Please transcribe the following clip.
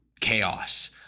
chaos